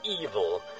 evil